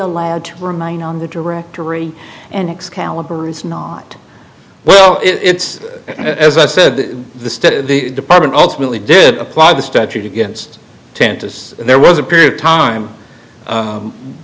allowed to remain on the directory and excalibur is not well it's as i said the state department ultimately did apply the statute against tent as there was a period of time